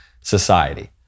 society